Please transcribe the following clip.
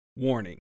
Warning